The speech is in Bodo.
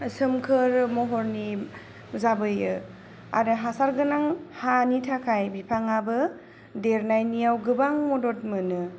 सोमखोर महरनि जाबोयो आरो हासार गोनां हानि थाखाय बिफाङाबो देरनायनियाव गोबां मदद मोनो